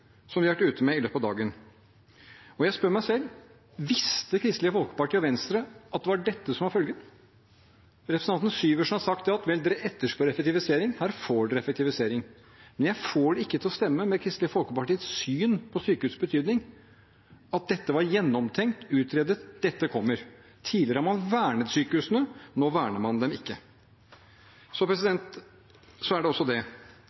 som de har vært ute med i løpet av dagen. Og jeg spør meg selv: Visste Kristelig Folkeparti og Venstre at det var dette som var følgen? Representanten Syversen har sagt: Vel, dere etterspør effektivisering – her får dere effektivisering. Men jeg får det ikke til å stemme med Kristelig Folkepartis syn på sykehusenes betydning at dette var gjennomtenkt og utredet, at dette kommer. Tidligere har man vernet sykehusene – nå verner man dem ikke.